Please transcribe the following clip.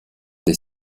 des